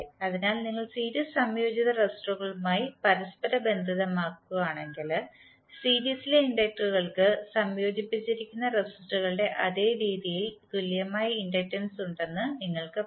അതിനാൽ നിങ്ങൾ സീരീസ് സംയോജിത റെസിസ്റ്ററുകളുമായി പരസ്പരബന്ധിതമാണെങ്കിൽ സീരീസിലെ ഇൻഡക്റ്ററുകൾക്ക് സംയോജിപ്പിച്ചിരിക്കുന്ന റെസിസ്റ്ററുകളുടെ അതേ രീതിയിൽ തുല്യമായ ഇൻഡക്റ്റൻസ് ഉണ്ടെന്ന് നിങ്ങൾ പറയും